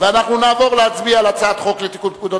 אנחנו נעבור להצביע על הצעת חוק לתיקון פקודת